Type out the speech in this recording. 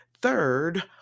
third